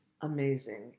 amazing